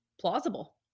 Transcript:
plausible